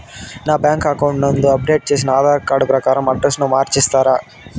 నా bank account నందు update చేసిన ఆధార్ కార్డు ప్రకారం అడ్రస్ ను మార్చిస్తారా?